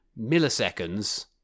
milliseconds